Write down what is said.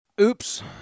oops